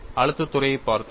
அழுத்தத் துறையைப் பார்த்தோம்